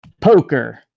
Poker